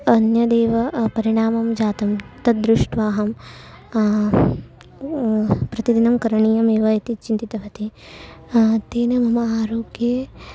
अन्यदेव परिणामं जातं तद् दृष्ट्वा अहं प्रतिदिनं करणीयमेव इति चिन्तितवती तेन मम आरोग्ये